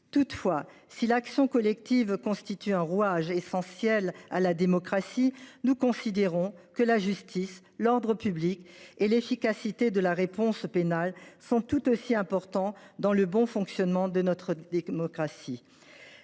Toutefois, si l’action collective constitue un rouage essentiel de la démocratie, nous considérons que la justice, l’ordre public et l’efficacité de la réponse pénale sont tout aussi importants pour le bon fonctionnement d’une démocratie.